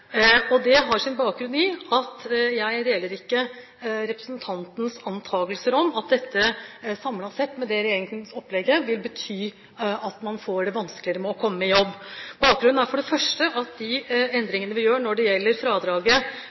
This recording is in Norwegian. Det har sin bakgrunn i at jeg ikke deler representantens antakelser om at dette, med regjeringens opplegg, samlet sett vil bety at det blir vanskeligere å komme i jobb. Bakgrunnen er for det første at de endringene vi gjør når det gjelder fradraget